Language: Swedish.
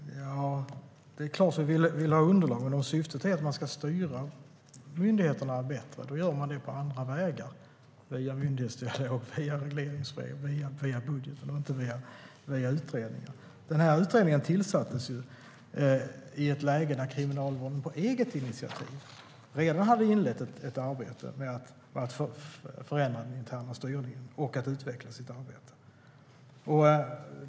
Herr talman! Det är klart att vi vill ha underlag. Men om syftet är att man ska styra myndigheterna bättre gör man det på andra vägar via regleringsbrev eller budgeten men inte via utredningar. Den här utredningen tillsattes i ett läge där Kriminalvården på eget initiativ redan hade inlett ett arbete med att förändra den interna styrningen och att utveckla sitt arbete.